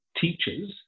teachers